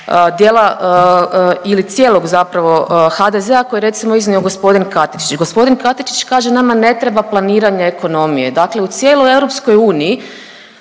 dijela ili cijelog zapravo HDZ-a koji je recimo iznio gospodin Katičić. Gospodin Katičić kaže nama ne treba planiranje ekonomije. Dakle, u cijeloj EU